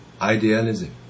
idealism